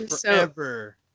forever